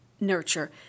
nurture